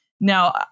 Now